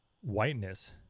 whiteness